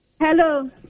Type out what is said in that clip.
Hello